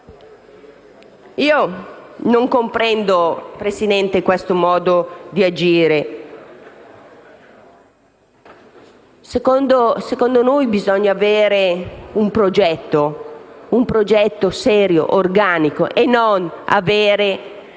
Non comprendo, signora Presidente, questo modo di agire. Secondo noi bisogna avere un progetto serio ed organico e non avere,